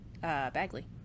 Bagley